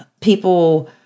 people